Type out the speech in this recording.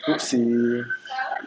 oopsie